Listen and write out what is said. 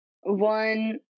one